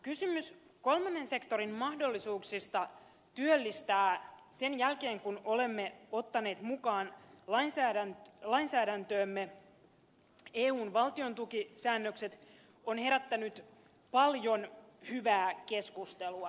kysymys kolmannen sektorin mahdollisuuksista työllistää sen jälkeen kun olemme ottaneet mukaan lainsäädäntöömme eun valtiontukisäännökset on herättänyt paljon hyvää keskustelua